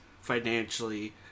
financially